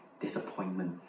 disappointment